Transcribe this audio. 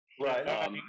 right